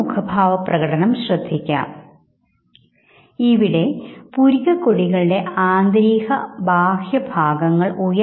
മുഖഭാവത്തിന് നിദാനമായി contralateral ipsilateral Ipsi lateralനിയന്ത്രണം ഉണ്ട്